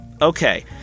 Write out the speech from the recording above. Okay